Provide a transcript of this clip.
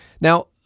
Now